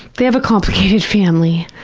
they have a complicated family.